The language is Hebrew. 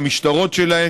למשטרות שלהן,